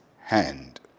hand